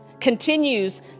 continues